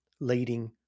leading